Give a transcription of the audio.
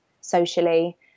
socially